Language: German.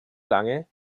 lange